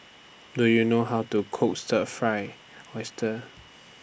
Do YOU know How to Cook Stir Fried Oyster